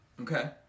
Okay